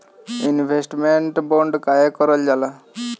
Investment bond काहे कारल जाला?